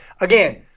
again –